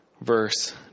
verse